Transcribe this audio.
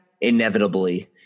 inevitably